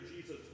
Jesus